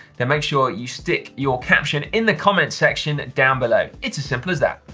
then make sure you stick your caption in the comments section down below. it's as simple as that.